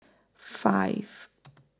five